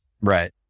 Right